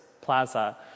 plaza